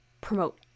promote